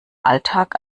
alltag